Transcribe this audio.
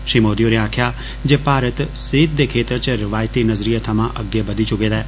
श्री मोदी होरें आक्खेआ जे भारत सेहत दे क्षेत्र च रिवायती नज़रिये थमां अग्गे बद्दी चुके दा ऐ